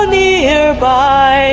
nearby